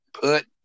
put